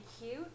cute